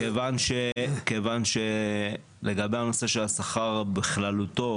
כיוון שלגבי הנושא של השכר בכללותו,